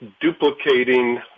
duplicating